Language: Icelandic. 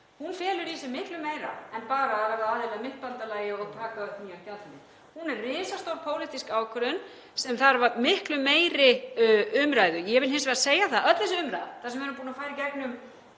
felur í sér miklu meira en bara að verða aðili að myntbandalagi og taka upp nýjan gjaldmiðil. Hún er risastór pólitísk ákvörðun sem þarf miklu meiri umræðu. En ég vil hins vegar segja að öll þessi umræða þar sem við erum búin að fara í gegnum